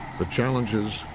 the challenges,